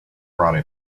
brought